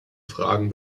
fragen